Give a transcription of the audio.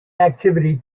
activity